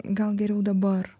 gal geriau dabar